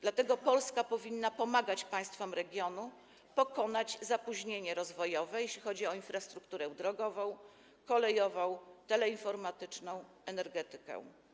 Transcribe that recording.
Dlatego Polska powinna pomagać państwom regionu pokonać zapóźnienie rozwojowe, jeśli chodzi o infrastrukturę drogową, kolejową, teleinformatyczną, energetykę.